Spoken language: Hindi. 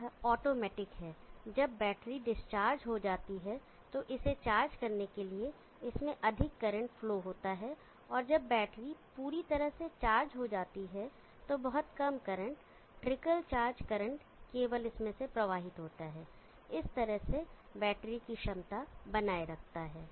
यह ऑटोमेटिक है जब बैटरी डिस्चार्ज हो जाती है तो इसे चार्ज करने के लिए इसमें अधिक करंट फ्लो होता है और जब बैटरी पूरी तरह से चार्ज हो जाती है तो बहुत कम करंट ट्रिकल चार्ज करंट केवल इसमें से प्रवाहित होता है और इस तरह से बैटरी की क्षमता बनाए रखता है